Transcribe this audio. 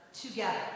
together